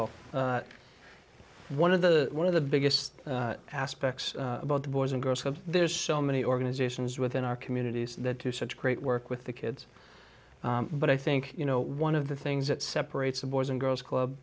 all one of the one of the biggest aspects about the boys and girls club there's so many organizations within our communities that to such great work with the kids but i think you know one of the things that separates the boys and girls club